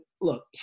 look